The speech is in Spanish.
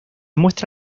muestra